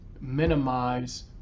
minimize